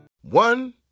One